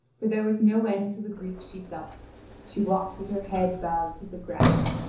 for there was no end to the grief she felt she walked with her head bowed to the ground.